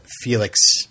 Felix